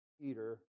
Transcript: Peter